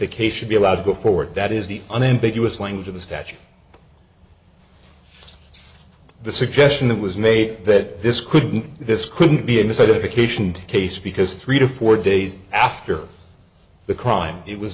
the case should be allowed to go forward that is the unambiguous language of the statute the suggestion that was made that this couldn't this couldn't be an aside a vacation case because three or four days after the crime it was